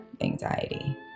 anxiety